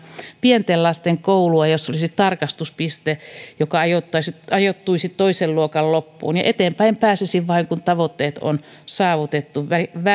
pienten lasten koulua jossa olisi tarkastuspiste joka ajoittuisi toisen luokan loppuun ja eteenpäin pääsisi vain kun tavoitteet on saavutettu vähi